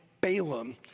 Balaam